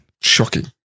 Shocking